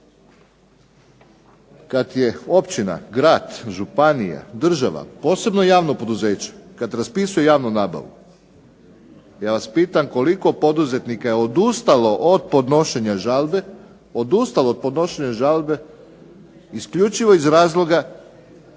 Kad je općina, grad, županija, država, posebno javno poduzeće, kad raspisuje javnu nabavu ja vas pitam koliko poduzetnika je odustalo od podnošenja žalbe, odustalo od podnošenja žalbe isključivo iz razloga